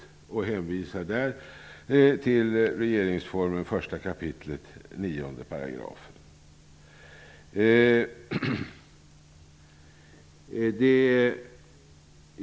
Jag hänvisar på den punkten till regeringensformen 1 kap. 9 §.